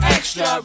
Extra